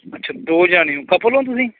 ਅੱਛਾ ਦੋ ਜਾਣੇ ਹੋ ਕਪਲ ਹੋ ਤੁਸੀਂ